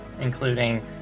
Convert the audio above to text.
Including